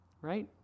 right